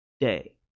day